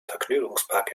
vergnügungspark